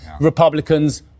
Republicans